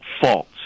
false